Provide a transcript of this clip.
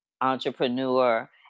entrepreneur